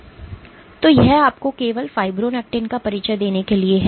तो यह आपको केवल फाइब्रोनेक्टिन का परिचय देने के लिए है